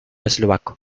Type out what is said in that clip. eslovaco